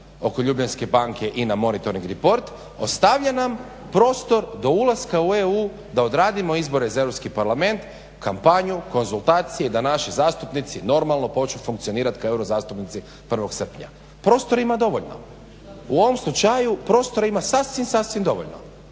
oko Ljubljanske banke, INA, monitoring report, ostavlja nam prostor do ulaska u EU da odradimo izbore za Europski parlament, kampanju, konzultacije i da naši zastupnici normalno počnu funkcionirati kao euro zastupnici 1. srpnja. Prostora ima dovoljno, u ovom slučaju prostora ima sasvim, sasvim dovoljno.